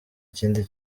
kindi